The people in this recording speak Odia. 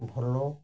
ଭଲ